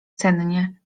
sennie